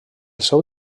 seu